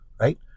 right